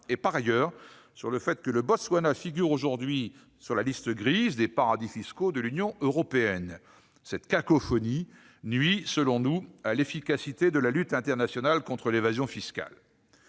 ses engagements et au fait que ce pays figure aujourd'hui sur la liste « grise » des paradis fiscaux de l'Union européenne. Cette cacophonie nuit, selon nous, à l'efficacité de la lutte internationale contre l'évasion fiscale.